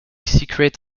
secret